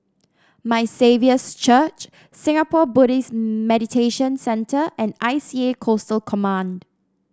My Saviour's Church Singapore Buddhist Meditation Centre and I C A Coastal Command